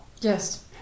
yes